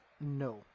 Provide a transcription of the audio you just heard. No